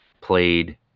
played